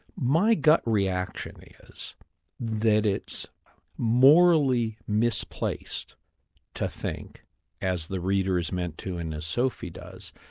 my gut reaction is that it's morally misplaced to think as the reader is meant to and as sophie does,